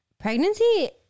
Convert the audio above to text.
pregnancy